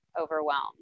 overwhelmed